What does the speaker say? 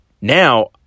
now